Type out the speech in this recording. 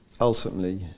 ultimately